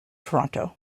toronto